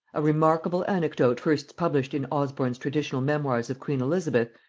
a remarkable anecdote first published in osborn's traditional memoirs of queen elizabeth,